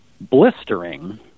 blistering